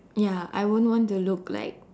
ya I wouldn't want to look like